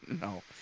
No